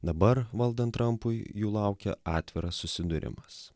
dabar valdant trampui jų laukia atviras susidūrimas